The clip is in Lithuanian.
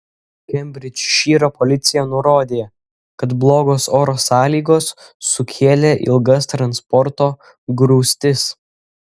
kembridžšyro policija nurodė kad blogos oro sąlygos sukėlė ilgas transporto grūstis